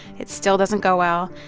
it still doesn't go well.